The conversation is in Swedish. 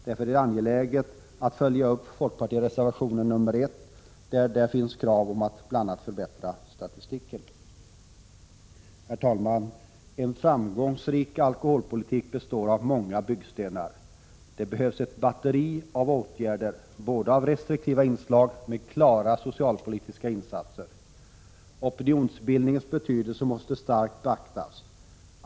Därför är det angeläget att följa upp folkpartireservationen nr 1, där det bl.a. finns krav på att förbättra statistiken. Herr talman! En framgångsrik alkoholpolitik består av många byggstenar. Det behövs ett batteri av åtgärder, både av restriktivt slag och i form av socialpolitiska insatser. Opinionsbildningens betydelse måste starkt beaktas.